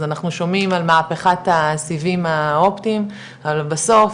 אז אנחנו שומעים על מהפיכת הסיבים האופטיים אבל בסוף